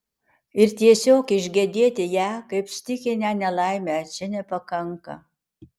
ir tiesiog išgedėti ją kaip stichinę nelaimę čia nepakanka